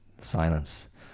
silence